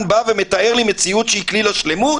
בא ומתאר לי מציאות שהיא כליל השלמות?